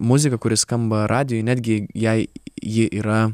muzika kuri skamba radijuj netgi jei ji yra